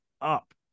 up